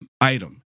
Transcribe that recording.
item